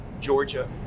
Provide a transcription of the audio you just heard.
Georgia